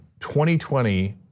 2020